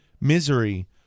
Misery